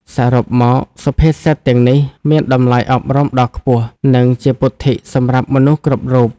សរុបមក សុភាសិតទាំងនេះមានតម្លៃអប់រំដ៏ខ្ពស់ និងជាពុទ្ធិសម្រាប់មនុស្សគ្រប់រូប។